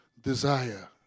Desire